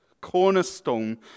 Cornerstone